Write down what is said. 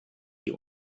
die